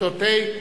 כיתות ה',